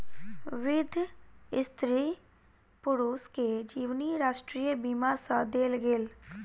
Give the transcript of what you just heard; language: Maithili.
वृद्ध स्त्री पुरुष के जीवनी राष्ट्रीय बीमा सँ देल गेल